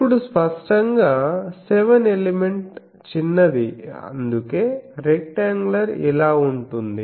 ఇప్పుడు స్పష్టంగా seven element చిన్నది అందుకే రెక్టాంగ్యులర్ ఇలా ఉంటుంది